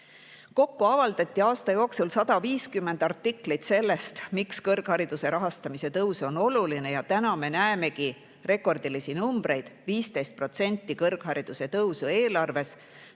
Kokku avaldati aasta jooksul 150 artiklit sellest, miks kõrghariduse rahastamise tõus on oluline, ja täna me näemegi rekordilisi numbreid: 15% kõrghariduse [rahastamise]